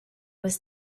was